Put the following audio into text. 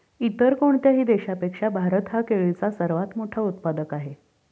इतर कोणत्याही देशापेक्षा भारत हा केळीचा सर्वात मोठा उत्पादक आहे